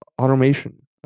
automation